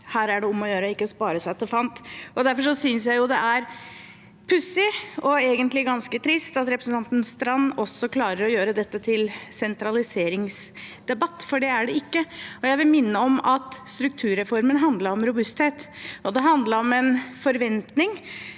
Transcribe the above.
her er det om å gjøre ikke å spare seg til fant. Derfor synes jeg det er pussig, og egentlig ganske trist, at representanten Strand klarer å gjøre også dette til en sentraliseringsdebatt, for det er det ikke. Jeg vil minne om at strukturreformen handlet om robusthet, den handlet om en ambisjon